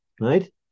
right